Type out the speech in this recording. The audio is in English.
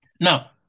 Now